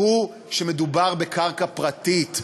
הוא שמדובר בקרקע פרטית.